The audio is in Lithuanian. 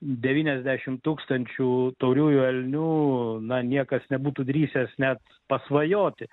devyniasdešim tūkstančių tauriųjų elnių na niekas nebūtų drįsęs net pasvajoti